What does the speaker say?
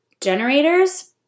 Generators